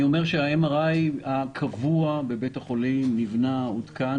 אני אומר שה-MRI הקבוע בבית החולים נבנה, הותקן